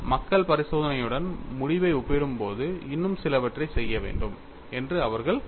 மக்கள் பரிசோதனையுடன் முடிவை ஒப்பிடும்போது இன்னும் சிலவற்றைச் செய்ய வேண்டும் என்று அவர்கள் உணர்ந்தார்கள்